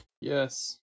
yes